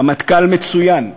רמטכ"ל מצוין,